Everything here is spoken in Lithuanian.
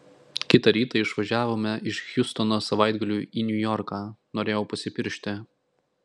kitą rytą išvažiavome iš hjustono savaitgaliui į niujorką norėjau pasipiršti